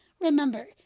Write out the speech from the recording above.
Remember